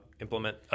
implement